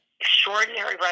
extraordinary